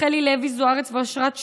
רחלי לוי-זוארץ ואשרת שהם,